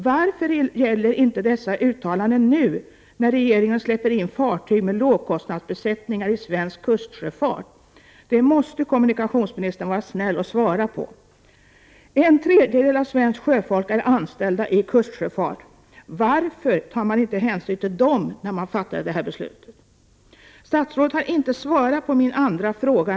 Varför gäller inte dessa uttalanden nu när regeringen släpper in fartyg med lågkostnadsbesättningar i svensk kustsjöfart? Det måste kommunikationsministern vara snäll att svara på. En tredjedel av det svenska sjöfolket har anställning i svensk kustsjöfart. Varför tar man inte hänsyn till dem när man fattar detta beslut? Statsrådet har inte svarat på min andra fråga.